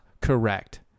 correct